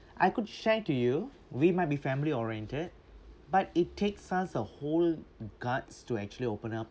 I could share to you we might be family oriented but it takes us a whole guts to actually open up